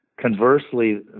Conversely